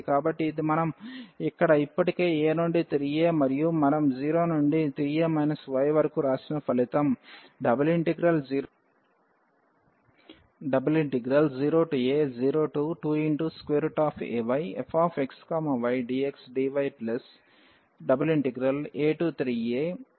కాబట్టి ఇది మనం ఇక్కడ ఇప్పటికే a నుండి 3a మరియు 0 నుండి 3a y వరకు వ్రాసిన ఫలితం